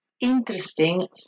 interesting